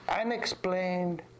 unexplained